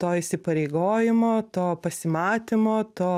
to įsipareigojimo to pasimatymo to